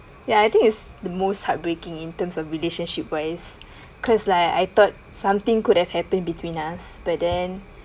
ya I think is the most heartbreaking in terms of relationship wise because like I thought something could have happened between us but then